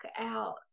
out